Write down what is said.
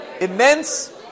immense